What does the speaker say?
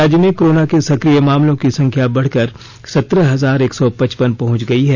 राज्य में कोरोना के सक्रिय मामलों की संख्या बढ़कर सत्रह हजार एक सौ पचपन पहुंच गई है